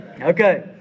Okay